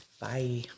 Bye